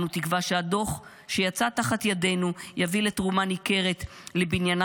אנו תקווה שהדוח שיצא תחת ידינו יביא לתרומה ניכרת לבניינה